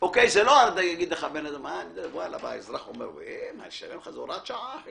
בא האזרח ואומר: זאת הוראת שעה.